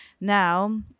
Now